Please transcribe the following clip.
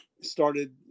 started